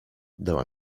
dała